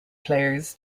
players